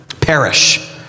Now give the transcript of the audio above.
perish